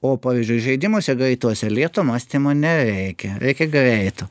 o pavyzdžiui žaidimuose greituose lėto mąstymo nereikia reikia greito